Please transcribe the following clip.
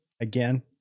again